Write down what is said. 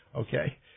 Okay